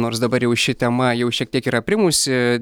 nors dabar jau ši tema jau šiek tiek yra aprimusi